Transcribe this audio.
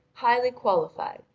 highly qualified,